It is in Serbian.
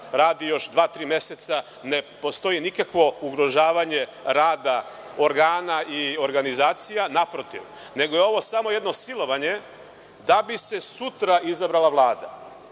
radi još dva, tri meseca. Ne postoji nikakvo ugrožavanje rada organa i organizacija, naprotiv. Ovo je samo jedno silovanje da bi se sutra izabrala